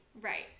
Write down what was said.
Right